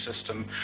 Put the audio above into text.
system